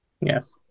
Yes